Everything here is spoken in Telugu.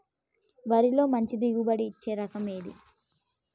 వరిలో మంచి దిగుబడి ఇచ్చే రకం ఏది?